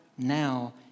now